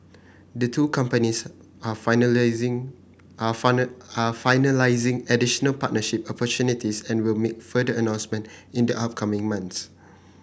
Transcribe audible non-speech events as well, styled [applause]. the two companies are finalising are [unintelligible] are finalising additional partnership opportunities and will make further announcement in the upcoming months